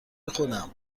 خودم